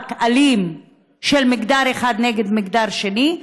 מאבק אלים של מגדר אחד נגד מגדר שני,